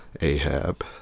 ahab